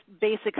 basic